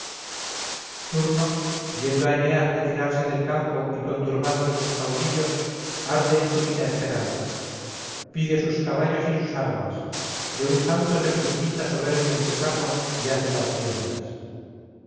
turno viendo a eneas retirarse del campo y conturbados a sus caudillos arde en súbita esperanza pide sus caballos y sus armas de un salto se precipita soberbio en su carro y ase las riendas